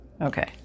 Okay